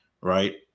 right